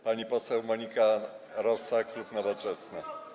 Pani poseł Monika Rosa, klub Nowoczesna.